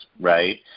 right